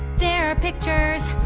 there are pictures,